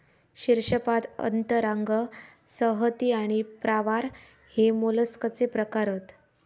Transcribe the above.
शीर्शपाद अंतरांग संहति आणि प्रावार हे मोलस्कचे प्रकार हत